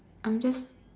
I'm just